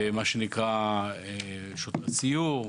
מה שנקרא שוטרי סיור,